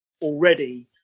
already